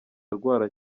arwara